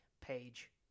page